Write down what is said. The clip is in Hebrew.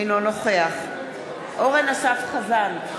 אינו נוכח אורן אסף חזן,